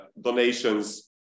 donations